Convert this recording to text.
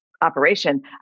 operation